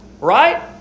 right